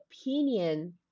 opinion